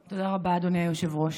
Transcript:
היושב-ראש.